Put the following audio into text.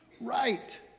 right